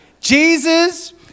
Jesus